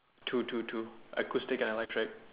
two two two acoustic and electric